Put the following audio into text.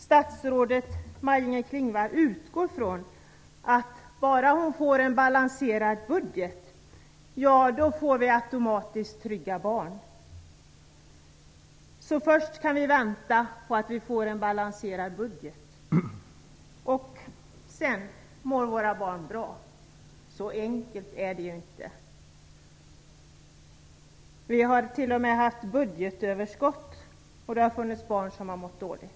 Statsrådet Maj-Inger Klingvall verkar utgå från att bara hon får en balanserad budget så får vi automatiskt trygga barn. Först kan vi således vänta på att få en balanserad budget. Sedan mår våra barn bra. Men så enkelt är det inte! Vi har t.o.m. haft budgetöverskott och ändå har det funnits barn som mått dåligt.